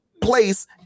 place